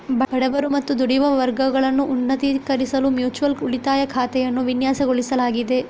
ಬಡವರು ಮತ್ತು ದುಡಿಯುವ ವರ್ಗಗಳನ್ನು ಉನ್ನತೀಕರಿಸಲು ಮ್ಯೂಚುಯಲ್ ಉಳಿತಾಯ ಖಾತೆಯನ್ನು ವಿನ್ಯಾಸಗೊಳಿಸಲಾಗಿದೆ